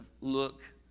look